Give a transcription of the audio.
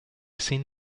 seen